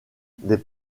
des